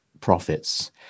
profits